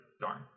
Darn